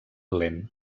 lent